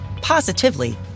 positively